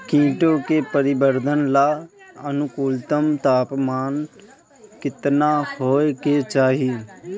कीटो के परिवरर्धन ला अनुकूलतम तापमान केतना होए के चाही?